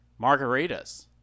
Margaritas